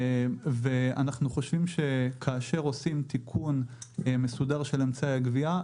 אנחנו חושבים שכאשר עושים תיקון מסודר של אמצעי הגבייה,